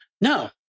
no